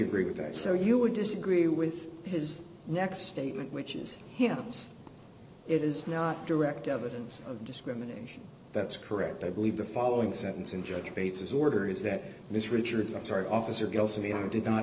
agree with that so you would disagree with his next statement which is it is not direct evidence of discrimination that's correct i believe the following sentence in judge bates as order is that ms richards i'm sorry officer guilty i did not